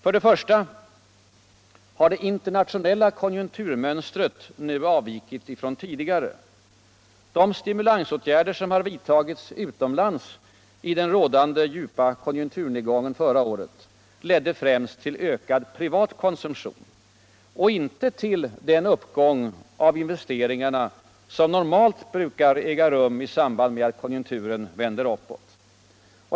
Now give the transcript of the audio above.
För det första har det internationella konjunkturmönstret nu avvikit från tidigare. De suumulansåtgärder som vidtogs utomlands i den rådande djupa konjunklurnedgången förra året ledde främst till ökad privat konsumtion och inte till den uppgång av investeringarna som normalt brukar äga rum i samband med att konjunkturen vänder uppåt.